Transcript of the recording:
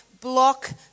block